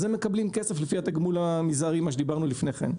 אז הם מקבלים כסף לפי התגמול המזערי עליו דיברנו לפני כן.